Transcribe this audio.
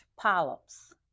polyps